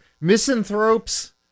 misanthropes